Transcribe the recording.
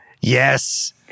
Yes